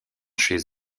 chez